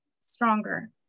stronger